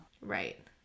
Right